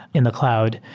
in the cloud.